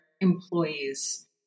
employees